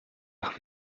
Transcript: nach